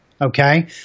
okay